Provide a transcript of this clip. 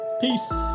peace